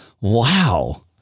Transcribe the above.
Wow